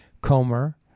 Comer